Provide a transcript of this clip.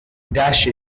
dash